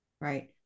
right